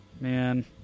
Man